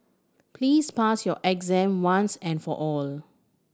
please pass your exam once and for all